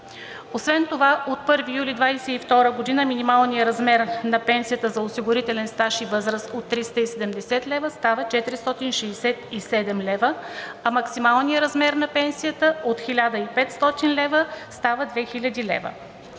Освен това от 1 юли 2022 г. минималният размер на пенсията за осигурителен стаж и възраст от 370 лв. става 467 лв., а максималният размер на пенсията от 1500 лв. става 2000 лв.